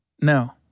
no